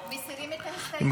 אז מסירים את ההסתייגות.